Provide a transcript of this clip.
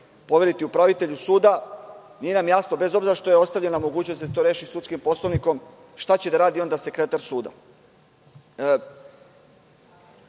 poveriti upravitelju suda, nije nam jasno bez obzira što je ostavljena mogućnost da se to reši sudskim poslovnikom, šta će da radi onda sekretar suda?